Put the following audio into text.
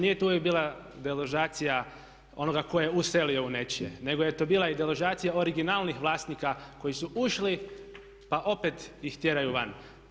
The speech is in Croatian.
Nije tu uvijek bila deložacija onoga tko je uselio u nečije, nego je tu bila i deložacija originalnih vlasnika koji su ušli pa opet ih tjeraju van.